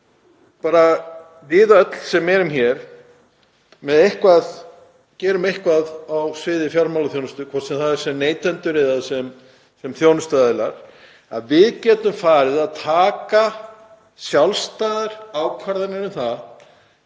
bara við öll sem erum hér og gerum eitthvað á sviði fjármálaþjónustu, hvort sem það er sem neytendur eða sem þjónustuaðilar, getum farið að taka sjálfstæðar ákvarðanir um það